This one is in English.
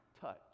touch